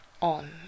on